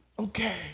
Okay